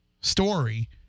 story